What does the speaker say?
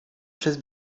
przez